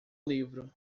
livro